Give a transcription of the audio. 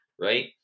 Right